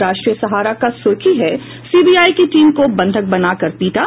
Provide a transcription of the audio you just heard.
राष्ट्रीय सहारा की सुर्खी है सीबीआई की टीम को बंधक बनाकर पीटा